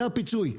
זה הפיצוי,